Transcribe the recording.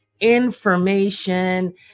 information